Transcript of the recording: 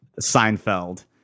Seinfeld